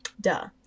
duh